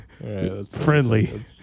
friendly